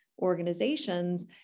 organizations